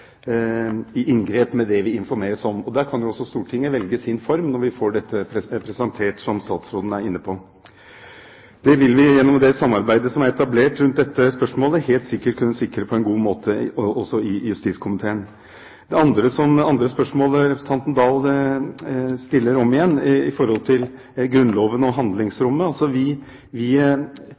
i inngrep med det vi informeres om. Stortinget kan velge sin form når vi får dette presentert, som statsråden var inne på. Det vil vi, gjennom det samarbeidet som er etablert rundt dette spørsmålet, helt sikkert kunne sikre på en god måte også i justiskomiteen. Så til det andre spørsmålet som representanten Dahl stilte om igjen om Grunnloven og handlingsrommet. Vi må selvsagt legge til grunn at når vi